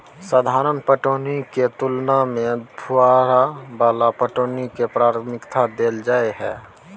साधारण पटौनी के तुलना में फुहारा वाला पटौनी के प्राथमिकता दैल जाय हय